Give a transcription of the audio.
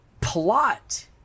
plot